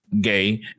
gay